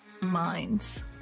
Minds